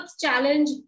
challenge